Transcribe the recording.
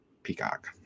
peacock